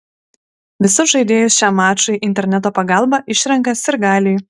visus žaidėjus šiam mačui interneto pagalba išrenka sirgaliai